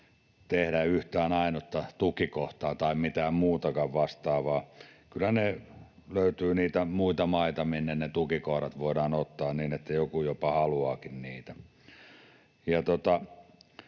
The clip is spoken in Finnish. tehdä yhtään ainutta tukikohtaa tai mitään muutakaan vastaavaa. Kyllä löytyy niitä muita maita, minne ne tukikohdat voidaan ottaa, ja joku jopa haluaakin niitä.